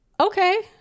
Okay